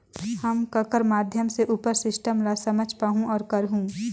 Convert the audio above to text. हम ककर माध्यम से उपर सिस्टम ला समझ पाहुं और करहूं?